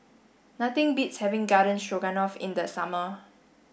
nothing beats having Garden Stroganoff in the summer